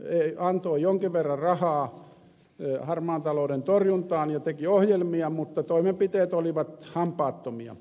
se antoi jonkin verran rahaa harmaan talouden torjuntaan ja teki ohjelmia mutta toimenpiteet olivat hampaattomia